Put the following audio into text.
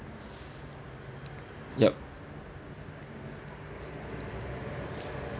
yup